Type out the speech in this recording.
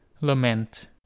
lament